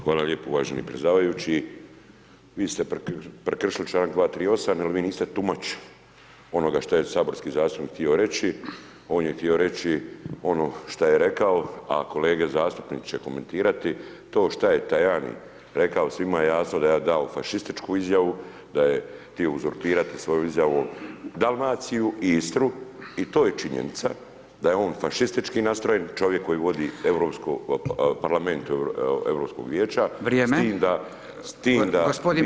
Hvala lijepo uvaženi predsjedavajući, vi ste prekršili članak 238. jer vi niste tumačili onoga što je saborski zastupnik htio reći, on je htio reći ono što je rekao, a kolege zastupniče komentirati što to je Tajani rekao, svima je jasno da je dao fašističku izjavu, da je htio uzurpirati svoju izjavu Dalmaciju i Istru i to je činjenica, da je on fašistički nastrojen čovjek koji vodi parlament Europskog vijeća, s tim da [[Upadica Radin: Vrijeme, gospodin Bulj vrijeme.]] vi nemate to pravo.